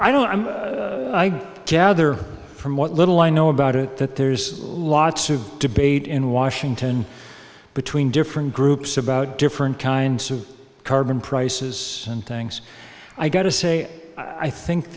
i don't i'm gather from what little i know about it that there's lots of debate in washington between different groups about different kinds of carbon prices and things i got to say i think